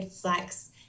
flex